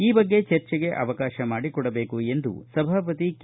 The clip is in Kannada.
ಈ ಬಗ್ಗೆ ಚರ್ಚೆಗೆ ಅವಕಾಶ ಮಾಡಿಕೊಡಬೇಕು ಎಂದು ಸಭಾಪತಿ ಕೆ